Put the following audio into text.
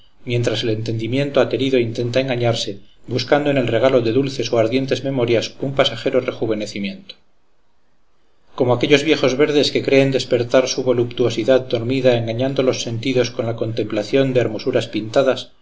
mientras el entendimiento aterido intenta engañarse buscando en el regalo de dulces o ardientes memorias un pasajero rejuvenecimiento como aquellos viejos verdes que creen despertar su voluptuosidad dormida engañando los sentidos con la contemplación de hermosuras pintadas